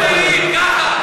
שלא יהיה מיושם, אדוני.